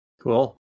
Cool